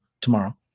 tomorrow